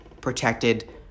protected